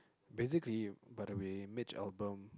basically by the way Mitch-Albom